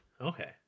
Okay